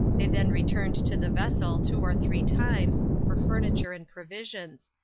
they then returned to the vessel two or three times for furniture and provisions,